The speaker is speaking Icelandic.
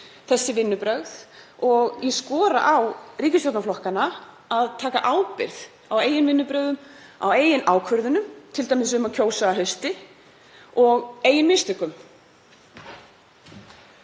þessu kjörtímabili og ég skora á ríkisstjórnarflokkana að taka ábyrgð á eigin vinnubrögðum, á eigin ákvörðunum, t.d. um að kjósa að hausti, og eigin mistökum.